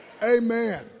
Amen